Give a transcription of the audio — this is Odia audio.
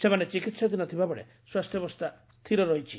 ସେମାନେ ଚିକିହାଧୀନ ଥିବାବେଳେ ସ୍ୱାସ୍ଥ୍ୟବସ୍ଥା ସ୍ଥିର ରହିଛି